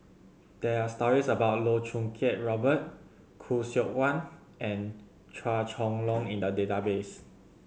there are stories about Loh Choo Kiat Robert Khoo Seok Wan and Chua Chong Long in the database